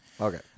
Okay